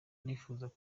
nifuzaga